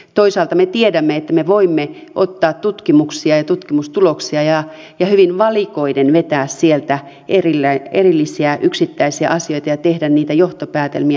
toisaalta me tiedämme että me voimme ottaa tutkimuksia ja tutkimustuloksia ja hyvin valikoiden vetää sieltä erillisiä yksittäisiä asioita ja tehdä niitä johtopäätelmiä